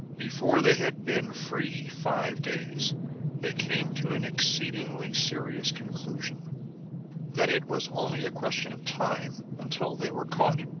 before they had been free five days they came to an exceedingly serious conclusion that it was only a question of time until they were caught.